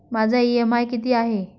माझा इ.एम.आय किती आहे?